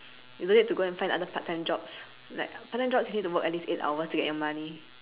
you don't need to go and find other part time jobs like part time jobs you need to work at least eight hours to get your money